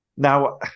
Now